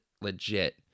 legit